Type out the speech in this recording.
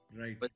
right